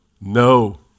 No